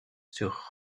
sur